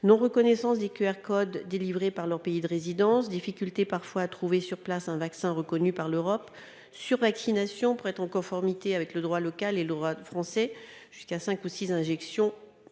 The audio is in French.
non reconnaissance des QR codes délivré par leur pays de résidence difficulté parfois à trouver sur place un vaccin reconnu par l'Europe sur vaccination pour être en conformité avec le droit local et loi de français jusqu'à 5 ou 6 injections